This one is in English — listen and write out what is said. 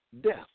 death